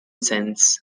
sense